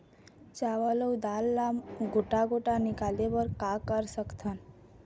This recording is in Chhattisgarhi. चावल अऊ दाल ला गोटा गोटा निकाले बर का कर सकथन?